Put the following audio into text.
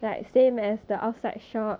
seh !wahseh!